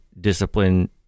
discipline